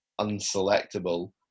unselectable